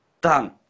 Done